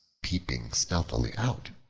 peeping stealthily out,